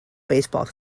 baseball